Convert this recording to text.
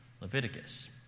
Leviticus